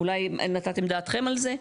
אולי נתתם דעתכם על זה?